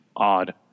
Odd